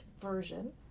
version